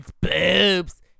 boobs